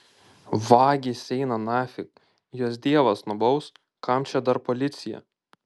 vagys eina nafig juos dievas nubaus kam čia dar policija